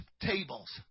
tables